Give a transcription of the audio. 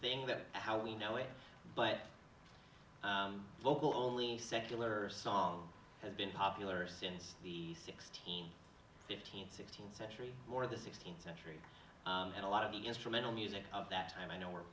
thing that how we know it but local only secular song has been popular since the sixteen fifteenth century or the sixteenth century and a lot of the instrumental music of that time i know we're